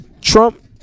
Trump